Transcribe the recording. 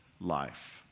life